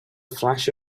flash